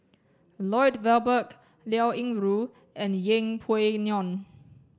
Lloyd Valberg Liao Yingru and Yeng Pway Ngon